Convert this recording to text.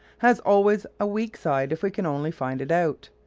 has always a weak side if we can only find it out.